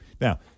Now